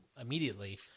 immediately